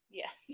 yes